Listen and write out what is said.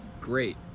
Great